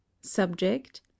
Subject